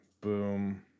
Boom